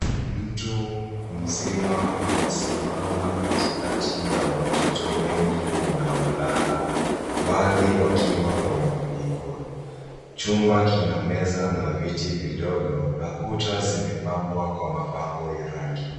Mtu mzima amesimama katikati ya watoto wengi wanaolala. Baadhi wakiwa wamefunikwa. Chumba kina meza na viti vidogo na kuta zimepambwa kwa mabango ya rangi.